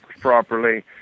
properly